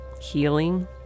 healing